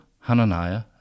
Hananiah